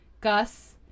Gus